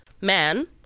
man